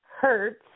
hurts